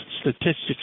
statistics